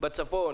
בצפון,